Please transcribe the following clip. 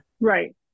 Right